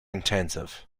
intensive